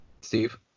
Steve